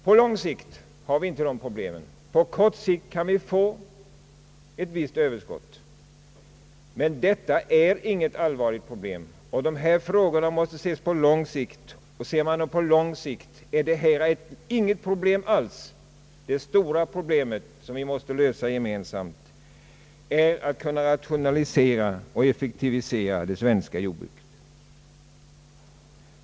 På lång sikt har vi inte det problemet. På kort sikt kan vi få ett visst överskott. Men detta är inget allvarligt problem, och dessa frågor måste ses på lång sikt. Ser man dem på lång sikt är detta inget problem alls. Det stora problemet, som vi måste lösa gemensamt, är att kunna rationalisera och effektivisera det svenska jordbruket.